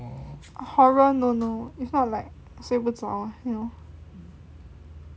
horror no no if not like 睡不着 you know